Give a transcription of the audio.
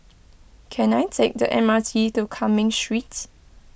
can I take the M R T to Cumming Streets